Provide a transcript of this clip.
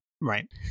Right